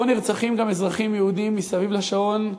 פה נרצחים גם אזרחים יהודים מסביב לשעון,